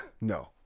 No